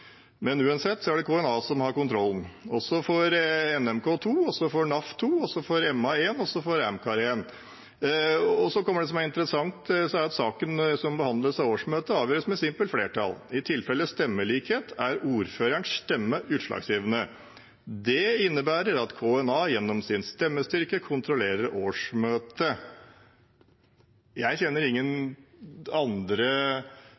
Men uansett er det KNA som har kontrollen, og så får NMK 2, NAF får 2, MA får 1, og AMCAR får 1. Og så kommer det som er interessant, og det er at saken som behandles av årsmøtet, avgjøres med simpelt flertall. I tilfelle stemmelikhet er ordførerens stemme utslagsgivende. Det innebærer at KNA gjennom sin stemmestyrke kontrollerer årsmøtet. Jeg kjenner